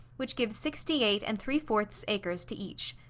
which give sixty-eight and three-fourths acres to each.